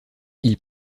ils